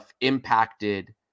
impacted